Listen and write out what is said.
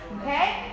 Okay